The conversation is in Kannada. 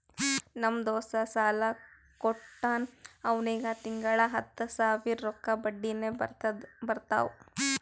ನಮ್ ದೋಸ್ತ ಸಾಲಾ ಕೊಟ್ಟಾನ್ ಅವ್ನಿಗ ತಿಂಗಳಾ ಹತ್ತ್ ಸಾವಿರ ರೊಕ್ಕಾ ಬಡ್ಡಿನೆ ಬರ್ತಾವ್